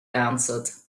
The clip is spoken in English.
answered